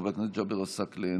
חבר הכנסת ג'אבר עסאקלה,